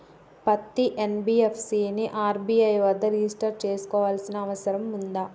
పత్తి ఎన్.బి.ఎఫ్.సి ని ఆర్.బి.ఐ వద్ద రిజిష్టర్ చేసుకోవాల్సిన అవసరం ఉందా?